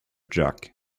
jug